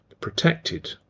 protected